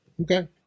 Okay